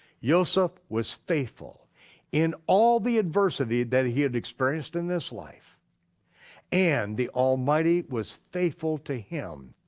yoseph was faithful in all the adversity that he had experienced in this life and the almighty was faithful to him